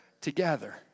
together